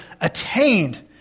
attained